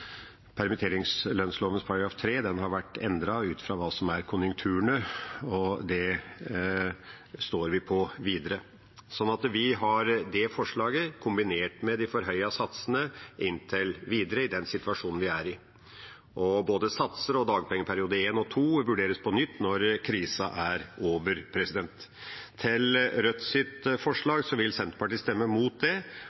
har vært endret ut fra konjunkturene, og det står vi på videre. Vi har det forslaget kombinert med de forhøyede satsene, inntil videre, i den situasjonen vi er i. Både satser og arbeidsgiverperiode I og II vurderes på nytt når krisen er over.